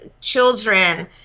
children